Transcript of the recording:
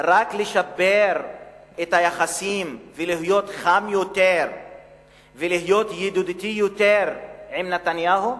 רק לשפר את היחסים ולהיות חם יותר ולהיות ידידותי יותר עם נתניהו?